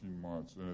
months